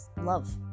love